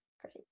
Great